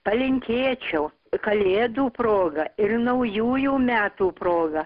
palinkėčiau kalėdų proga ir naujųjų metų proga